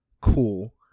cool